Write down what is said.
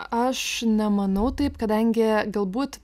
aš nemanau taip kadangi galbūt